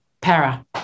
para